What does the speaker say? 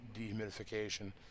dehumidification